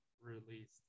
released